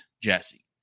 jesse